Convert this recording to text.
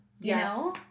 Yes